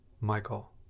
Michael